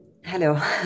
Hello